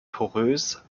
porös